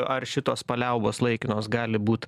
ar šitos paliaubos laikinos gali būt